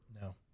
No